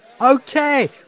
Okay